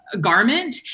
garment